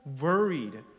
worried